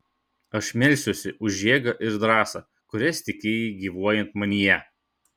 aš melsiuosi už jėgą ir drąsą kurias tikėjai gyvuojant manyje